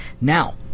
Now